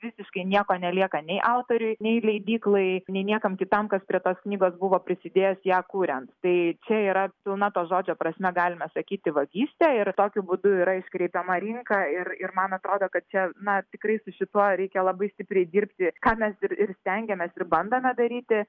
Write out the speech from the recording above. visiškai nieko nelieka nei autoriui nei leidyklai nei niekam kitam kas prie tos knygos buvo prisidėjęs ją kuriant tai čia yra pilna to žodžio prasme galima sakyti vagystė ir tokiu būdu yra iškreipiama rinka ir ir man atrodo kad čia na tikrai su šituo reikia labai stipriai dirbti ką mes ir ir stengiamės ir bandome daryti